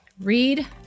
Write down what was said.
Read